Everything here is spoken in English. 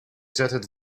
jetted